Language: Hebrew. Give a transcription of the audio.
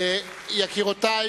יקירותי,